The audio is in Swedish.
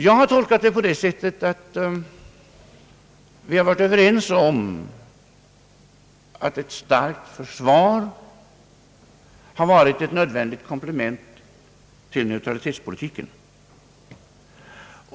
Jag har tolkat detta på det sättet att vi varit överens om att ett starkt försvar är ett nödvändigt komplement till neutralitetspolitiken.